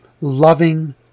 loving